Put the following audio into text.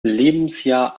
lebensjahr